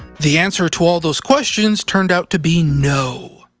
the answer to all of those questions turned out to be no.